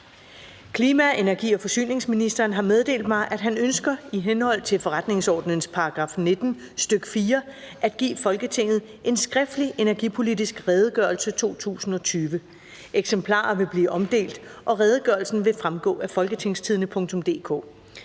Klima-, energi- og forsyningsministeren (Dan Jørgensen) har meddelt mig, at han ønsker i henhold til forretningsordenens § 19, stk. 4, at give Folketinget en skriftlig Energipolitisk redegørelse 2020. (Redegørelse nr. R 13). Eksemplarer vil blive omdelt, og redegørelsen vil fremgå af www.folketingstidende.dk.